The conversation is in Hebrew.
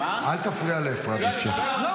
אלעזר --- אל תפריע לאפרת, בבקשה.